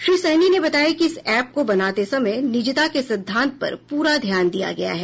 श्री साहनी ने बताया कि इस ऐप को बनाते समय निजता के सिद्धांत पर पूरा ध्यान दिया गया है